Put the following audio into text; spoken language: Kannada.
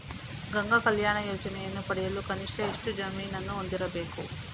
ಗಂಗಾ ಕಲ್ಯಾಣ ಯೋಜನೆಯನ್ನು ಪಡೆಯಲು ಕನಿಷ್ಠ ಎಷ್ಟು ಜಮೀನನ್ನು ಹೊಂದಿರಬೇಕು?